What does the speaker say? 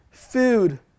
Food